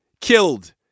Killed